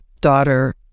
daughter